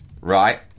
right